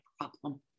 problem